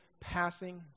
passing